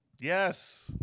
Yes